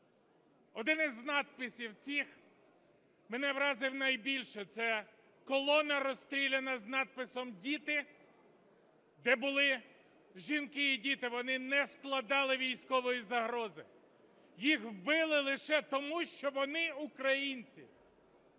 Один із надписів цих мене вразив найбільше – це колона розстріляна з надписом "Діти", де були жінки і діти. Вони не складали військової загрози. Їх вбили лише тому, що вони українці.